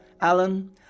Alan